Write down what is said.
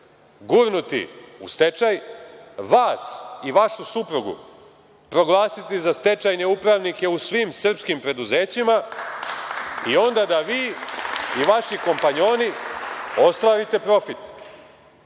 gurnuti u stečaj, vas i vašu suprugu proglasiti za stečajne upravnike u svim srpskim preduzećima i onda da vi i vaši kompanjoni ostvarite profit.